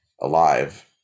alive